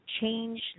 change